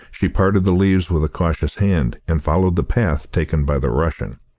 she parted the leaves with a cautious hand, and followed the path taken by the russian.